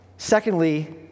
Secondly